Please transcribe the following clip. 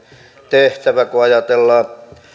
tehtävää kun ajatellaan